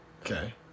Okay